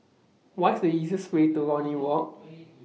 What IS The easiest Way to Lornie Walk